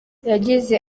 yagize